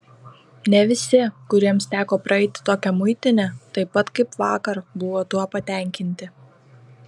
ne visi kuriems teko praeiti tokią muitinę taip pat kaip vakar buvo tuo patenkinti